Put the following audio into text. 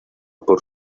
por